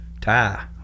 tie